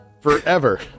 Forever